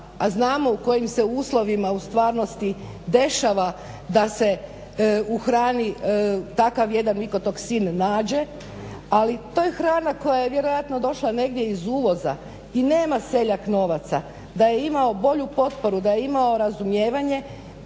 znamo u kojim se uslovima u stvarnosti dešava da se u hrani takav jedan mikotoksin nađe. Ali to je hrana koja je vjerojatno došla negdje iz uvoza i nema seljak novaca, da je imao bolju potporu, da je imamo razumijevanje